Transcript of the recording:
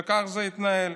וכך זה התנהל.